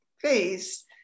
face